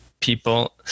people